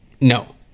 No